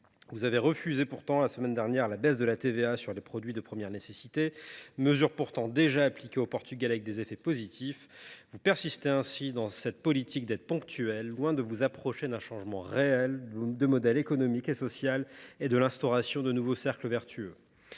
Vous avez pourtant refusé la semaine dernière la baisse de la TVA sur les produits de première nécessité, alors que cette mesure, déjà appliquée au Portugal, y a démontré son efficacité. Vous persistez ainsi dans cette politique d’aides ponctuelles, loin de vous approcher d’un changement réel de modèle économique et social et de l’instauration de nouveaux cercles vertueux.